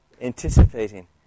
Anticipating